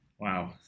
Wow